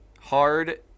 hard